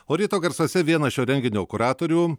o ryto garsuose vienas šio renginio kuratorių